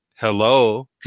Hello